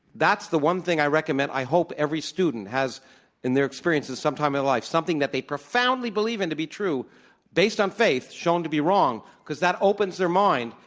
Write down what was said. that's the one thing i recommend, i hope every student has in their experiences sometime in their life, something that they profoundly believe in to be true based on faith shown to be wrong because that opens their mind.